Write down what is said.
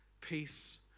peace